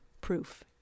proof